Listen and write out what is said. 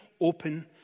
open